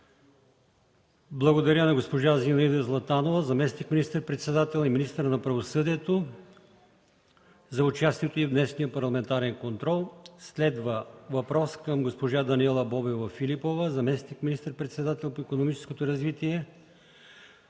Благодаря на госпожа Зинаида Златанова – заместник министър-председател и министър на правосъдието, за участието й в днешния парламентарен контрол. Следва въпрос към госпожа Даниела Бобева-Филипова – заместник министър-председател по икономическото развитие.